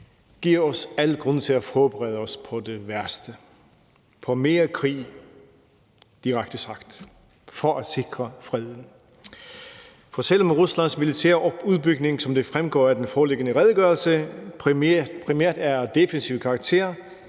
giver os al grund til at forberede os på det værste – på mere krig, direkte sagt – for at sikre freden. For selv om Ruslands militære udbygning, som det fremgår af den foreliggende redegørelse, primært er af defensiv karakter,